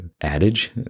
adage